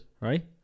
right